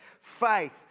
Faith